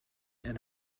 and